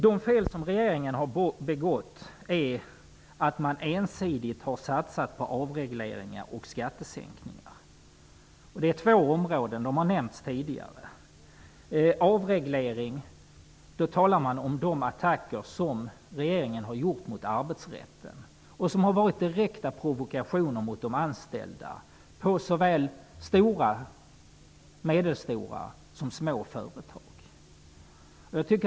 De fel som regeringen har begått är att man ensidigt har satsat på avregleringar och skattesänkningar -- två områden som har nämnts tidigare. När man talar om avregleringen tänker man på de attacker som regeringen har gjort mot arbetsrätten och som har varit direkta provokationer mot de anställda, på såväl stora som medelstora och små företag.